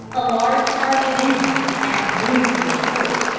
a large party of indians attacked boonesborough fort.